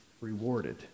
rewarded